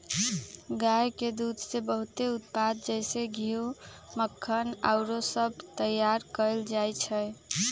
गाय के दूध से बहुते उत्पाद जइसे घीउ, मक्खन आउरो सभ तइयार कएल जाइ छइ